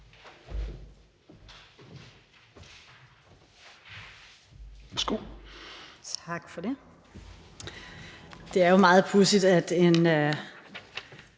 Tak for det.